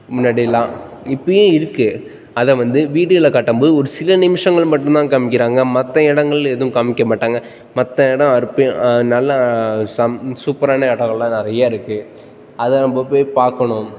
முன்னாடி எல்லாம் இப்போயும் இருக்குது அதை வந்து வீடியோவில் காட்டும் போது ஒரு சில நிமிஷங்கள் மட்டும் தான் காம்மிக்கிறாங்க மற்ற இடங்கள் எதுவும் காம்மிக்க மாட்டாங்க மற்ற இடம் அற்பு நல்லா சம் சூப்பரான இடம் நல்லா நிறைய இருக்குது அதை நம்ம போய் பார்க்கணும்